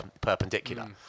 perpendicular